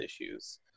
issues